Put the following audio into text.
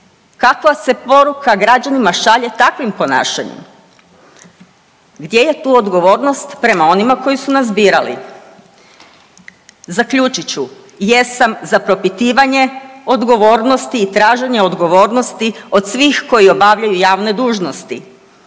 Kakva se poruka građanima šalje takvim ponašanjem? Gdje je tu odgovornost prema onima koji su nas birali? Zaključit ću, jesam za propitivanje odgovornosti i traženje odgovornosti od svih koji obavljaju javne dužnosti.